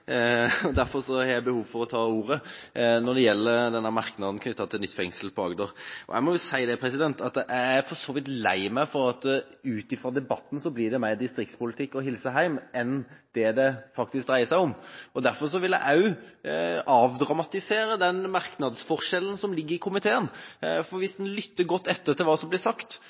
har behov for å ta ordet når det gjelder merknaden om nytt fengsel i Agder. Jeg må si at jeg for så vidt er lei meg for at det – ut fra debatten – blir mer distriktspolitikk og hilse-hjem enn det det faktisk dreier seg om. Derfor vil jeg avdramatisere den merknadsforskjellen som ligger i komiteinnstillinga. Hvis en lytter godt til hva som blir sagt,